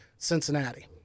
cincinnati